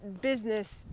business